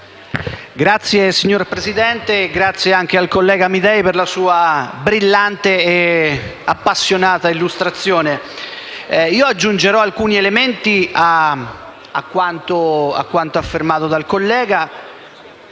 Signor Presidente, ringrazio il senatore Amidei per la sua brillante e appassionata illustrazione. Io aggiungerò alcuni elementi a quanto affermato dal collega